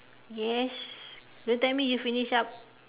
yes don't tell me you finish up